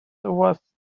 was